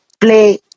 play